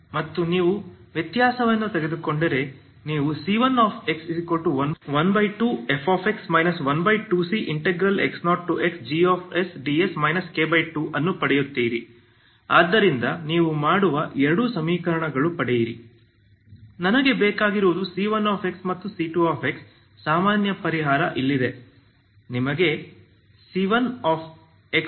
ಮತ್ತು ನೀವು ವ್ಯತ್ಯಾಸವನ್ನು ತೆಗೆದುಕೊಂಡರೆ ನೀವು c1x12fx 12cx0xgsds K2 ಅನ್ನು ಪಡೆಯುತ್ತೀರಿ ಆದ್ದರಿಂದ ನೀವು ಮಾಡುವ ಎರಡು ಸಮೀಕರಣಗಳು ಪಡೆಯಿರಿ ನನಗೆ ಬೇಕಾಗಿರುವುದು c1x ಮತ್ತು c2x ಸಾಮಾನ್ಯ ಪರಿಹಾರ ಇಲ್ಲಿದೆ ನಿಮಗೆ c1x ct ಬೇಕು